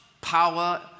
power